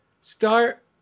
start